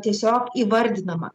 tiesiog įvardinama